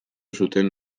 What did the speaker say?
zuten